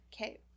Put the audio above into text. Okay